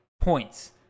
points